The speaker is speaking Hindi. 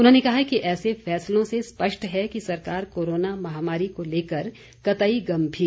उन्होंने कहा कि ऐसे फैसलों से स्पष्ट है कि सरकार कोरोना महामारी को लेकर कतई गंभीर नहीं है